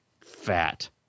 fat